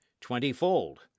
twenty-fold